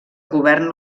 govern